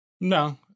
No